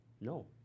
No